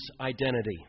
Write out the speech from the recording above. identity